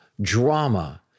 drama